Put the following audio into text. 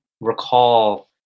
recall